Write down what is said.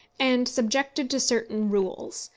and subjected to certain rules,